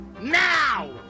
now